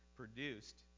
produced